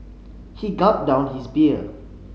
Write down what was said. he gulped down his beer